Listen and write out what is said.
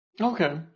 Okay